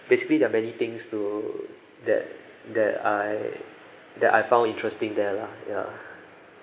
basically there are many things to that that I that I found interesting there lah ya